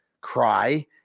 cry